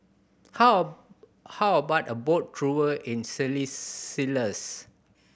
how how about a boat tour in Seychelles